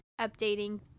updating